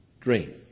drink